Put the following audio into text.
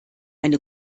eine